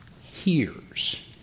hears